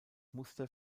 muster